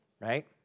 right